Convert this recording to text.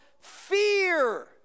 fear